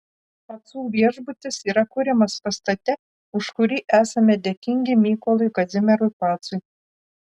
pacų viešbutis yra kuriamas pastate už kurį esame dėkingi mykolui kazimierui pacui